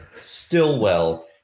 Stillwell